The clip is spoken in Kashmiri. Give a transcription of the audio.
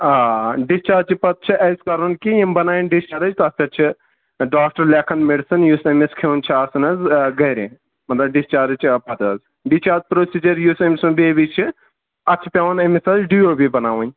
آ ڈِسچارجہِ پَتہٕ چھُ اَسہِ کَرُن کہِ یمِ بَنایَن ڈِسچارٕج تَتھ پٮ۪ٹھ چھِ ڈاکٹر لیکھان مٮ۪ڈِسَن یُس أمِس کھیوٚن چھُ آسان حظ گرِ مطلب ڈِسچارٕجچہِ پَتہٕ حظ ڈِسچارٕج پرٛوسیٖجَر یُس أمۍ سُنٛد بیبی چھُ اَتھ چھُ پٮ۪وان أمِس حظ ڈی او بی بناوٕنۍ